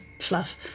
fluff